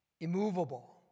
immovable